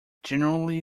generally